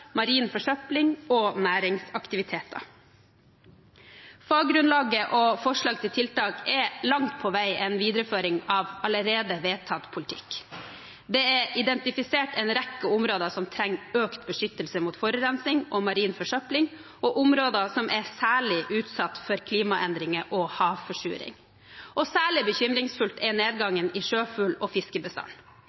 marin forsøpling og næringsaktiviteter. Faggrunnlaget og forslag til tiltak er langt på vei en videreføring av allerede vedtatt politikk. Det er identifisert en rekke områder som trenger økt beskyttelse mot forurensing og marin forsøpling, og områder som er særlig utsatt for klimaendringer og havforsuring. Særlig bekymringsfull er nedgangen i sjøfugl- og